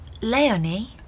Leonie